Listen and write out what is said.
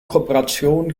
kooperation